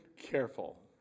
Careful